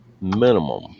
minimum